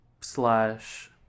slash